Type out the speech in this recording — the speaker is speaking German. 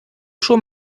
schon